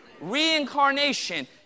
Reincarnation